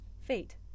fate